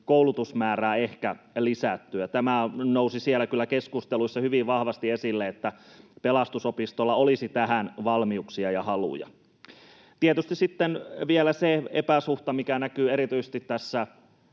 koulutusmäärää ehkä lisättyä. Tämä kyllä nousi siellä keskusteluissa hyvin vahvasti esille, että Pelastusopistolla olisi tähän valmiuksia ja haluja. Tietysti sitten on vielä se epäsuhta, mikä näkyy erityisesti tässä